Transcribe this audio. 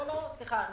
אני